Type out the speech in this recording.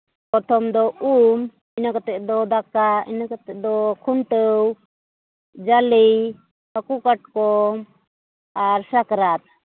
ᱯᱨᱚᱛᱷᱚᱢ ᱫᱚ ᱩᱢ ᱤᱱᱟᱹ ᱠᱟᱛᱮᱜ ᱫᱚ ᱫᱟᱠᱟ ᱤᱱᱟᱹ ᱠᱟᱛᱮ ᱫᱚ ᱠᱷᱩᱱᱴᱟᱹᱣ ᱡᱟᱞᱮ ᱦᱟᱹᱠᱩ ᱠᱟᱴᱠᱚᱢ ᱟᱨ ᱥᱟᱠᱨᱟᱛ